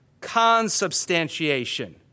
consubstantiation